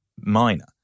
minor